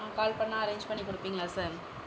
ம் கால் பண்ணால் அரேன்ஜ் பண்ணி கொடுப்பீங்களா சார்